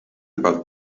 about